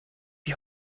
die